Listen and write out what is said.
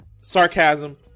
sarcasm